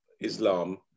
Islam